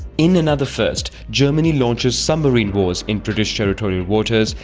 in another first, germany launches submarine wars in british territorial waters,